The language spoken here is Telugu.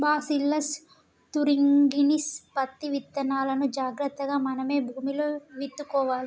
బాసీల్లస్ తురింగిన్సిస్ పత్తి విత్తనాలును జాగ్రత్తగా మనమే భూమిలో విత్తుకోవాలి